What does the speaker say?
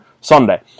Sunday